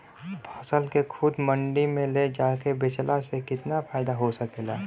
फसल के खुद मंडी में ले जाके बेचला से कितना फायदा हो सकेला?